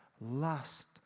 lust